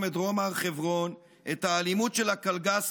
חברת הכנסת סטרוק,